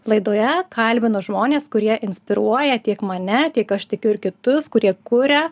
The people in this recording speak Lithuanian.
laidoje kalbinu žmones kurie inspiruoja tiek mane tiek aš tikiu ir kitus kurie kuria